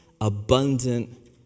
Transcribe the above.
abundant